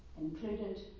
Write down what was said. included